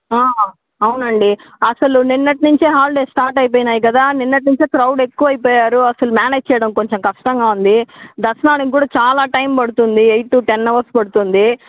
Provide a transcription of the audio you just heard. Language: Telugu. అవునండి అసలు నిన్నటి నుంచే హాలిడేస్ స్టార్ట్ అయిపోయాయి కదా నిన్నటి నుంచే క్రౌడ్ ఎక్కువైపోయారు అసలు మ్యానేజ్ చెయ్యడం కొంచెం కష్టంగా ఉంది దర్శనానికి కూడా చాలా టైం పడుతుంది ఎయిట్ టు టెన్ అవర్స్ పడుతుంది